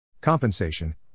Compensation